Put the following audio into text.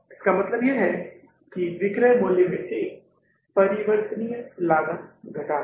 इसका मतलब है कि विक्रय मूल्य में से परिवर्तनीय लागत घटाना